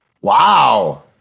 Wow